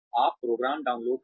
आप program download करें